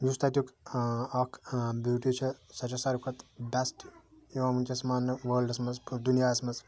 یُس تَتیُک اکھ بیوٹی چھےٚ سۄ چھےٚ ساروی کھۄتہ بیٚسٹ یِوان ونکٮ۪س ماننہٕ وٲلڑَس مَنٛز دُنیاہَس مَنٛز